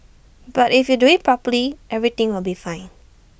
but if you do IT properly everything will be fine